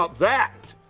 ah that?